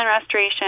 restoration